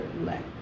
let